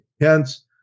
hence